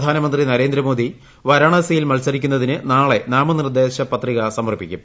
പ്രധാനമന്ത്രി നരേന്ദ്രമോദി വാരാണസിയിൽ മൽസരിക്കുന്നതിന് നാളെ നാമനിർദ്ദേശപത്രിക സമർപ്പിക്കും